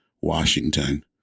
Washington